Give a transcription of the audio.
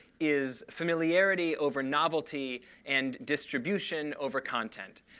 is familiarity over novelty and distribution over content.